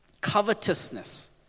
covetousness